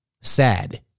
sad